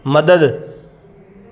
मदद